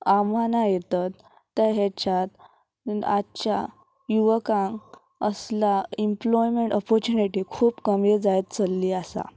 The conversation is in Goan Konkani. आवाहनां येतात ते हेच्यात आजच्या युवकांक असल्या इम्प्लॉयमेंट ऑपोर्चुनिटी खूब कमी जायत चलली आसा